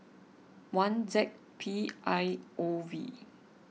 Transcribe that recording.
one Z P I O V